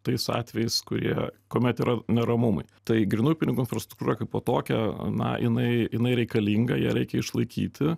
tais atvejais kurie kuomet yra neramumai tai grynų pinigų infrastruktūra kaip va tokia na jinai jinai reikalinga ją reikia išlaikyti